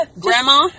Grandma